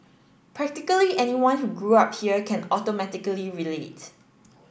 practically anyone who grew up here can automatically relate